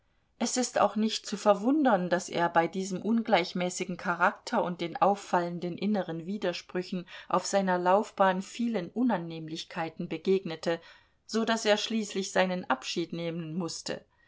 es ist auch nicht zu verwundern daß er bei diesem ungleichmäßigen charakter und den auffallenden inneren widersprüchen auf seiner laufbahn vielen unannehmlichkeiten begegnete so daß er schließlich seinen abschied nehmen mußte